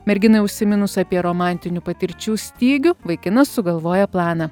merginai užsiminus apie romantinių patirčių stygių vaikinas sugalvoja planą